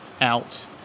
out